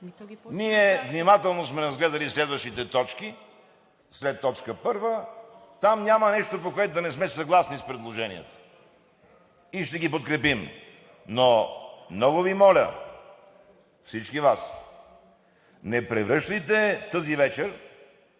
Ние внимателно сме разгледали следващите точки – след точка първа, там няма нещо, по което да не сме съгласни с предложенията, и ще ги подкрепим. Но много Ви моля всички Вас, не превръщайте тази вечер